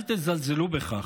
אל תזלזלו בכך.